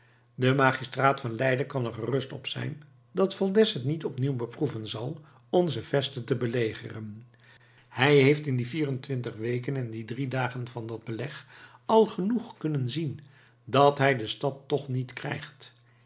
de magistraat van leiden kan er gerust op zijn dat valdez het niet opnieuw beproeven zal onze veste te belegeren hij heeft in die vierentwintig weken en drie dagen van dat beleg al genoeg kunnen zien dat hij de stad toch niet krijgt